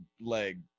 leg